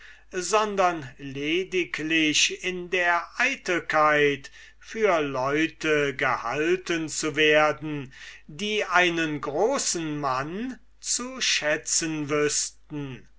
sondern lediglich in der eitelkeit für leute gehalten zu werden die einen großen mann zu schätzen wüßten